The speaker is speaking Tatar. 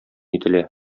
ителә